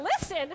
Listen